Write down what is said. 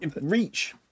Reach